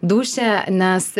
dūšią nes